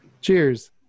Cheers